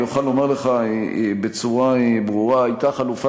אני אוכל לומר בצורה ברורה שהיו חילופי